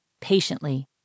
patiently